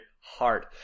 hard